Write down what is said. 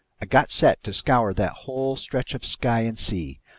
i got set to scour that whole stretch of sky and sea.